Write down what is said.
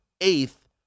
eighth